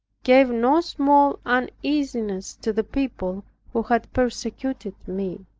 gave no small uneasines to the people who had persecuted me.